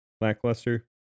lackluster